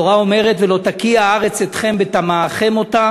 התורה אומרת "ולא תקיא הארץ אתכם בטמאכם אֹתה